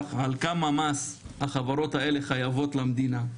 על כמה מס החברות האלה חייבות למדינה,